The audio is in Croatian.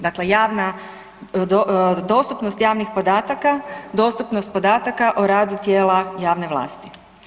Dakle, javna dostupnost javnih podataka, dostupnost podataka o radu tijela javne vlasti.